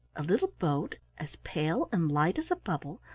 a little boat, as pale and light as a bubble,